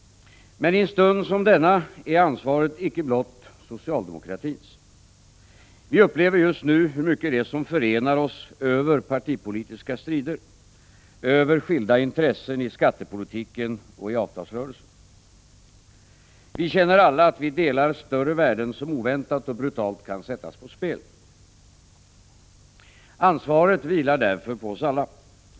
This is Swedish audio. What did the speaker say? Men i en stund som denna är ansvaret icke blott socialdemokratins. Vi upplever just nu hur mycket det är som förenar oss över partipolitiska strider, över skilda intressen i skattepolitiken och avtalsrörelsen. Vi känner alla att vi delar större värden som oväntat och brutalt kan sättas på spel. Ansvaret vilar därför på oss alla.